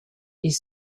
est